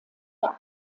der